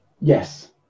Yes